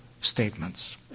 statements